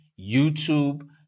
YouTube